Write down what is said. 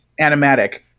animatic